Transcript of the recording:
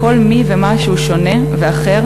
לכל מי ומה שהוא שונה ואחר,